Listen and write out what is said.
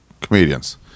comedians